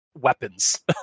weapons